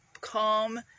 calm